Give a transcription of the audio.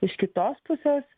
iš kitos pusės